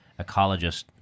ecologist